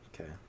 Okay